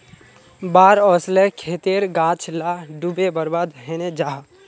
बाढ़ ओस्ले खेतेर गाछ ला डूबे बर्बाद हैनं जाहा